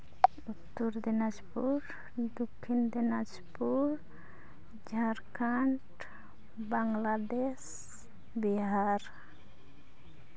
Uttar Dinajpur Dakshin Dinajpur Jharkhand Bangladesh Bihar